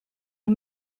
les